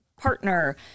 partner